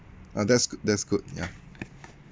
ah that's good that's good ya